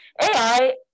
AI